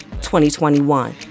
2021